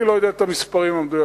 אני לא יודע את המספרים המדויקים,